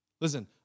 Listen